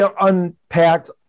unpacked